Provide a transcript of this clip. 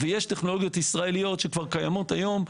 ויש טכנולוגיות ישראליות שכבר קיימות היום.